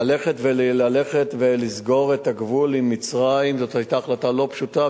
ללכת ולסגור את הגבול עם מצרים זאת היתה החלטה לא פשוטה,